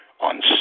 on